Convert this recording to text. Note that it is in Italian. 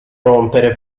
rompere